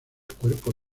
cuerpo